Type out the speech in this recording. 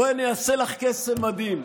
בואי ואני אעשה לך קסם מדהים.